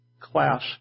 class